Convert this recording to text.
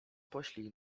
poślij